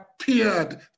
appeared